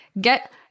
Get